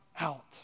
out